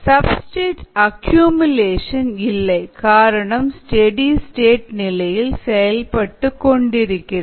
substrate accumulation இல்லை காரணம் steady state நிலையில் செயல்பட்டுக்கொண்டிருக்கிறது